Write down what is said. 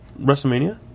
WrestleMania